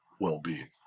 well-being